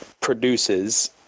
produces